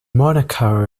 monaco